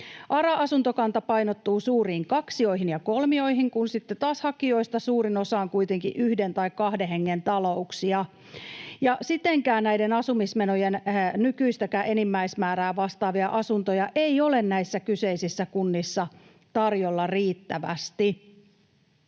ARA-asuntokanta painottuu suuriin kaksioihin ja kolmioihin, kun sitten taas hakijoista suurin osa on kuitenkin yhden tai kahden hengen talouksia, ja sitenkään näiden asumismenojen nykyistäkään enimmäismäärää vastaavia asuntoja ei ole näissä kyseisissä kunnissa tarjolla riittävästi.